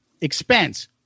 Expense